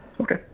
Okay